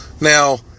now